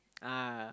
ah